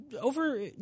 Over